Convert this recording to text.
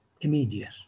immediate